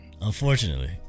unfortunately